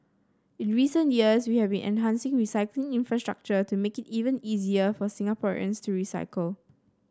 in recent years we have been enhancing recycling infrastructure to make it even easier for Singaporeans to recycle